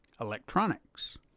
electronics